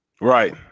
Right